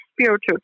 spiritual